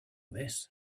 this